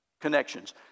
connections